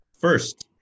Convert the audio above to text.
First